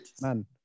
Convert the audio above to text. man